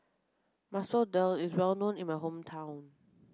Masoor Dal is well known in my hometown